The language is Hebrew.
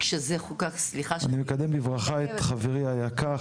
אני מקבל בברכה את חברי היקר,